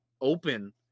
open